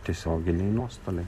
tiesioginiai nuostoliai